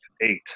Eight